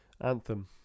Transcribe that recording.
Anthem